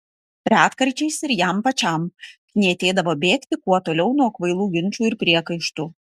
retkarčiais ir jam pačiam knietėdavo bėgti kuo toliau nuo kvailų ginčų ir priekaištų